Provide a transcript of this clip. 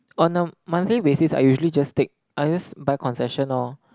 on a monthly basis I usually just take I just buy concession lor